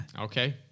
Okay